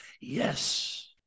Yes